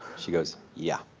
she goes, yeah.